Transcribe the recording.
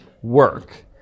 work